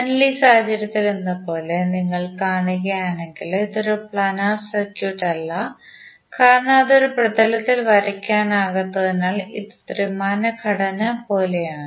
അതിനാൽ ഈ സാഹചര്യത്തിലെന്നപോലെ നിങ്ങൾ കാണുകയാണെങ്കിൽ ഇത് ഒരു പ്ലാനാർ സർക്യൂട്ട് അല്ല കാരണം അത് ഒരു പ്രതലത്തിൽ വരയ്ക്കാത്തതിനാൽ ഇത് ത്രിമാന ഘടന പോലെയാണ്